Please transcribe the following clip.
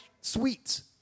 sweets